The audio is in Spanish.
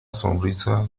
sonrisa